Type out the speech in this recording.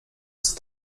jest